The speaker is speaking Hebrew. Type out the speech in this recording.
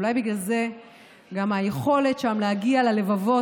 אולי בגלל זה יש גם יכולת שם להגיע ללבבות,